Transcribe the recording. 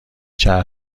چند